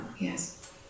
Yes